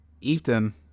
Ethan